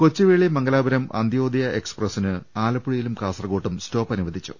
കൊച്ചുവേളി മംഗലാപുരം അന്ത്യോദയ എക്സ്പ്രസിന് ആല പ്പുഴയിലും കാസർകോട്ടും സ്റ്റോപ്പ് അനുപ്പദിച്ചു